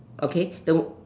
okay the